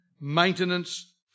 maintenance